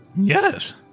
Yes